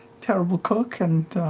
terrible cook and.